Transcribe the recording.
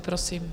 Prosím.